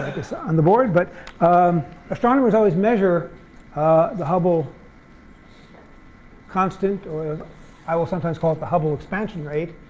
this on the board. but um astronomers always measure the hubble constant or i will sometimes call it the hubble expansion rate